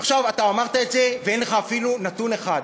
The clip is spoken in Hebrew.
עכשיו, אתה אמרת את זה ואין לך אפילו נתון אחד.